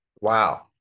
Wow